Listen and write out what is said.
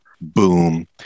boom